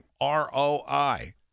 R-O-I